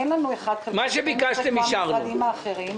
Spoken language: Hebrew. אין לנו אחד חלקי 12 כמו המשרדים האחרים.